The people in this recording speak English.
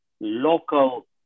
local